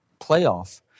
playoff